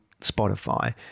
Spotify